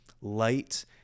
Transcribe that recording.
light